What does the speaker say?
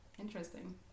Interesting